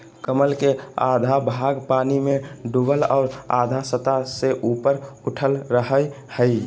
कमल के आधा भाग पानी में डूबल और आधा सतह से ऊपर उठल रहइ हइ